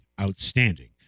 Outstanding